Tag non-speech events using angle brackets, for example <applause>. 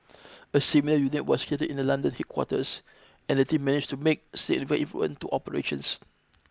<noise> a similar unit was created in the London headquarters and the team managed to make <unintelligible> improvement to operations